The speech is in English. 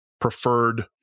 preferred